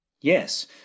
Yes